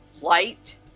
light